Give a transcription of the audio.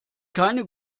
keine